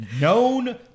known